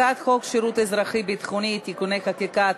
הצעת חוק שירות אזרחי-ביטחוני (תיקוני חקיקה),